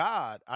God